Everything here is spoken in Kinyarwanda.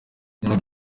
noneho